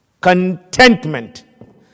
Contentment